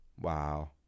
Wow